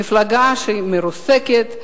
מפלגה מרוסקת,